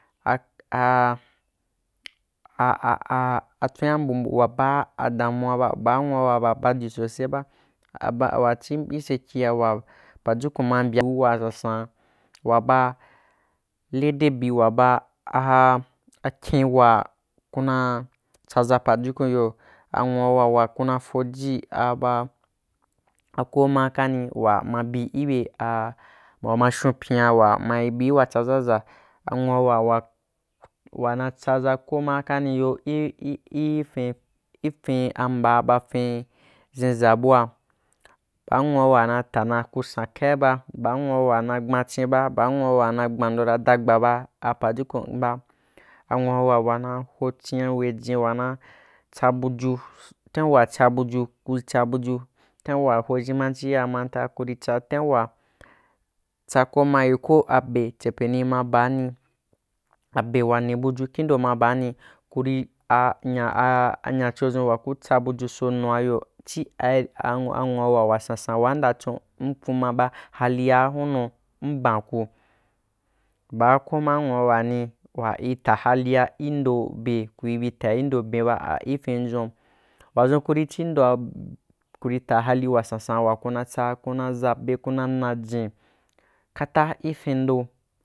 atdwina mbumbu wa baa a damuwa ba, baa nwu awa wa bodi sose ba a ba wa chi itsekiya wa pajukun ma mbya du wuwa sansan'a wa ba le debī wa ba a a akyin wa kuna tsaʒa pajukun yo anwuawa wa kuna fojia baa ko ma kani wa bi ibe a wama shonpyin'a wa maī bī wa tsa ʒaʒa anwuawa wa-wanatsaʒa ko ma akanī ya i fun mbaa ba fin ʒhinʒa bua anwuawa na ta na ku san kai ba baa nwua wa na gbachīn ba baa nwua wa na gbando tsa dagba ba apajukun ba anwuawa wana ho chin’a wejin wana tsa buju time we tsabuju kuī tsabuju tam wa ho ʒhinbanchi ya manta kurí tsa ten wa tsa komaye ko abe chepenī ma baani abe wa nī buju ki ndo ma baani kurī a nya anyacho dʒun wa ku tsa buju so nua yo chi ai a nwuawa wasansa waa nda chon m kuma ba halia bunu m banku baake maa nwuawani wa i ta halia indo be kui bi ta i ndo ben ba ah ifin ndʒun wadʒun kuri chi ndoa kurí ta hati wasansan wa kuna tsa kuna ʒabe kuna najin kata ki findo